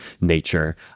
nature